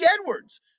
edwards